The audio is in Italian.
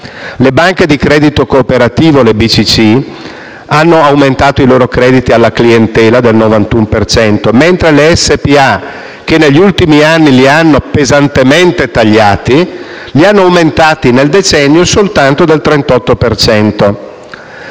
le banche di credito cooperativo (BCC) hanno aumentato i loro crediti alla clientela del 91 per cento, mentre le SpA, che negli ultimi anni li hanno pesantemente tagliati, li hanno aumentati nel decennio soltanto del 38